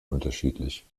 unterschiedlich